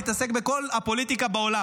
נתעסק בכל הפוליטיקה בעולם,